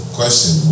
question